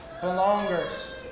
belongers